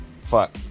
fuck